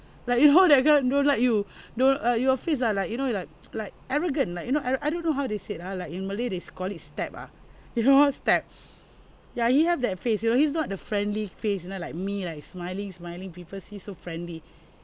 like you know that kind don't like you don't uh your face ah like you know like like arrogant like you know I I don't know how they said ah like in malay they call it step ah you know step yeah he have that face you know he's not the friendly face you know like me like smiling smiling people see so friendly